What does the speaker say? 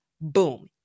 Boom